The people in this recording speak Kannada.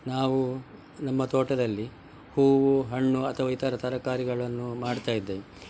ನಾವು ನಮ್ಮ ತೋಟದಲ್ಲಿ ಹೂವು ಹಣ್ಣು ಅಥವಾ ಇತರ ತರಕಾರಿಗಳನ್ನು ಮಾಡ್ತಾ ಇದ್ದೇವೆ